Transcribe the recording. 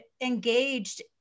engaged